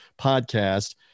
podcast